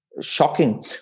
shocking